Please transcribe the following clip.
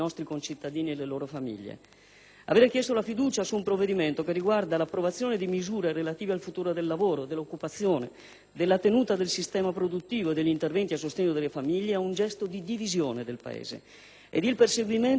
Avere chiesto la fiducia su un provvedimento che riguarda l'approvazione di misure relative al futuro del lavoro, dell'occupazione, della tenuta del nostro sistema produttivo e degli interventi a sostegno delle famiglie è un gesto di divisione del Paese ed il perseguimento di un atteggiamento di contrapposizione,